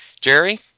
Jerry